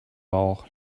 bauch